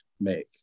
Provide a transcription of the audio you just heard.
make